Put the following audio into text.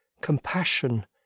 compassion